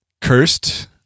Cursed